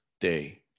day